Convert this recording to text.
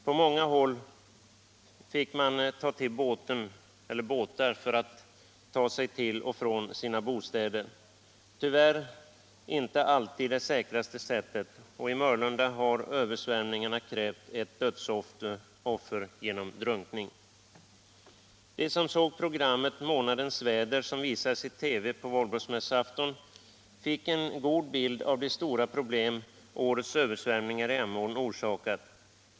På många håll fick man ta till båtar för att ta sig till och från sina bostäder. Tyvärr var detta inte alltid det säkraste sättet — i Mörlunda har översvämningarna krävt ett dödsoffer genom drunkning. De som såg programmet Månadens väder, som visades i TV på valborgsmässoafton, fick en god bild av de stora problem årets översvämningar i Emån orsakat.